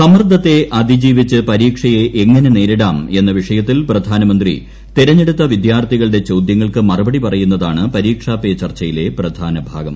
സമ്മർദ്ദത്തെ അതിജീവിച്ച് പരീക്ഷയെ എങ്ങനെ നേരിടാം എന്ന വിഷയത്തിൽ പ്രധാനമന്ത്രി തെരഞ്ഞെടുത്ത വിദ്യാർത്ഥികളുടെ ചോദ്യങ്ങൾക്ക് മറുപടി പറയുന്നതാണ് പരീക്ഷാ പേ ചർച്ചയിലെ പ്രധാന ഭാഗം